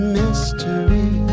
mystery